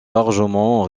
largement